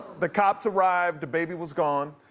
the cops arrived, dababy was gone,